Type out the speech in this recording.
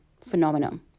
phenomenon